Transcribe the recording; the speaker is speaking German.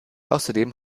außerdem